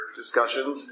discussions